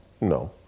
No